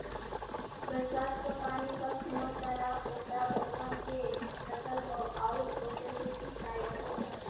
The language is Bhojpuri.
बरसात क पानी क कूंआ, तालाब पोखरा बनवा के रखल हौ आउर ओसे से सिंचाई करल जाला